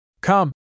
Come